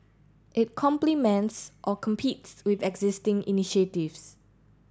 it complements or competes with existing initiatives